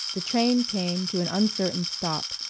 the train came to an uncertain stop,